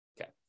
Okay